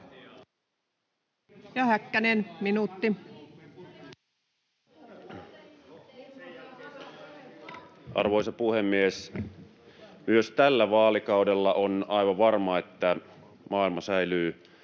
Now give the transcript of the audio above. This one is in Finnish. Time: 16:55 Content: Arvoisa puhemies! Myös tällä vaalikaudella on aivan varmaa, että maailma säilyy